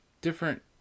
Different